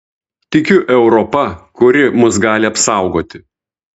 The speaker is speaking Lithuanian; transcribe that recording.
tikiu europa kuri mus gali apsaugoti